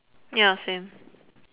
ya same